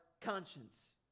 conscience